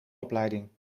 opleiding